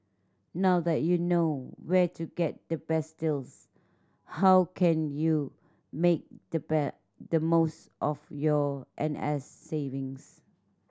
now that you know where to get the best deals how can you make the the most of your N S savings